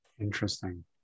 Interesting